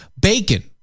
bacon